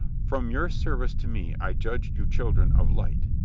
from your service to me i judge you children of light.